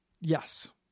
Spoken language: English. Yes